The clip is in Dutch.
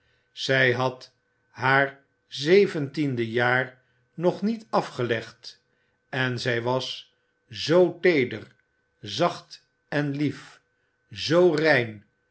zij had haar zeventiende jaar nog niet afgelegd en zij was zoo teeder zacht en lief zoo rein